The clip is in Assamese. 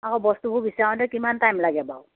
আকৌ বস্তুবোৰ বিচাৰোতে কিমান টাইম লাগে বাৰু